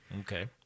Okay